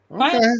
Okay